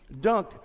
dunked